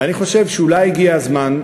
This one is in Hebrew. ואני חושב שאולי הגיע הזמן,